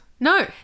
No